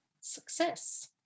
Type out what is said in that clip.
success